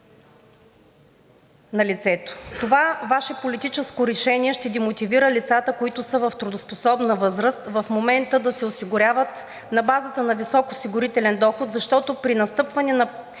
Това Ваше политическо решение ще демотивира лицата, които са в трудоспособна възраст в момента, да се осигуряват на базата на висок осигурителен доход, защото при настъпването на